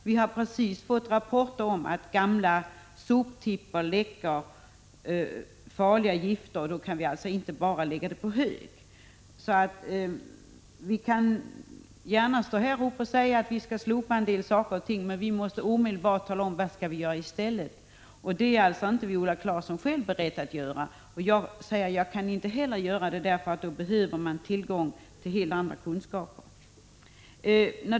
Det har precis kommit rapporter om att gamla sopstationer läcker farliga gifter, så man kan inte bara lägga soporna på hög. Vi måste omedelbart ta reda på vad vi skall göra i stället. Det är inte Viola Claesson beredd att säga, och jag själv kan inte heller göra det, för då behöver man tillgång till helt andra kunskaper.